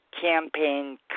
campaign